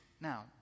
now